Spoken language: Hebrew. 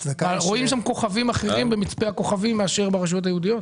רואים שם כוכבים אחרים במצפה הכוכבים לעומת הרשויות היהודיות?